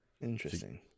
Interesting